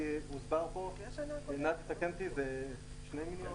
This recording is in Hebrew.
זה כמה מיליונים.